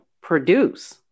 produce